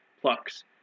plucks